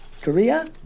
Korea